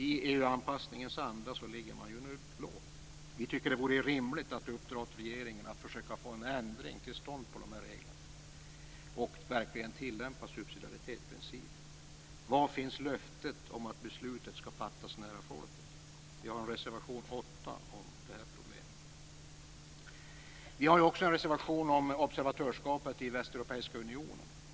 I EU-anpassningens anda ligger man nu lågt. Vi tycker det vore rimligt att uppdra åt regeringen att försöka få till stånd att man ändrar de här reglerna och verkligen tillämpar subsidiaritetsprincipen. Var finns löftet om att beslutet skall fattas nära folket? Vi har en reservation, nr 8, om det här problemet. Vi har också en reservation om observatörskapet i Västeuropeiska unionen.